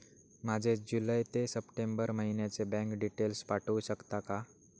माझे जुलै ते सप्टेंबर महिन्याचे बँक डिटेल्स पाठवू शकता का?